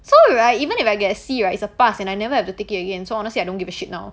so right even if I get C right is a pass and I never have to take it again so honestly I don't give a shit now